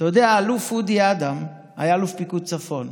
אתה יודע, האלוף אודי אדם היה אלוף פיקוד צפון,